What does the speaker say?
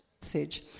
message